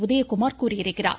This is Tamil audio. உதயகுமார் கூறியிருக்கிறார்